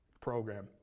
program